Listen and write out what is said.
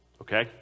Okay